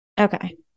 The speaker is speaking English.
Okay